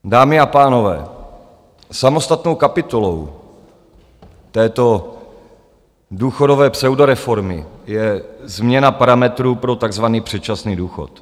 Dámy a pánové, samostatnou kapitolou této důchodové pseudoreformy je změna parametrů pro takzvaný předčasný důchod.